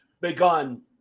begun